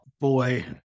boy